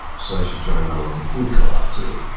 so i should join my local food co-op, too,